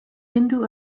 hindu